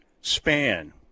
span